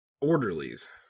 orderlies